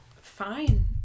Fine